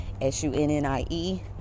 S-U-N-N-I-E